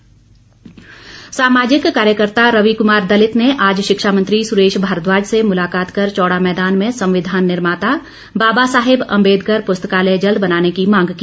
रवि कुमार सामाजिक कार्यकर्ता रवि कुमार दलित ने आज शिक्षा मंत्री सुरेश भारद्वाज से मुलाकात कर चौड़ा मैदान ने संविधान निर्माता बाबा साहेब अम्बेदकर पुस्तकालय जल्द बनाने की मांग की